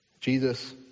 Jesus